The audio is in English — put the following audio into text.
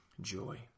joy